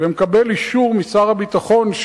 ומקבל אישור משר הביטחון,